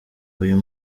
uyu